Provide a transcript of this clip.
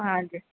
ਹਾਂਜੀ